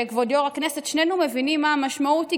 וכבוד יו"ר הכנסת, שנינו מבינים מה המשמעות.